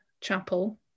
chapel